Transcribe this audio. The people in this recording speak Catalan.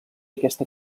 aquesta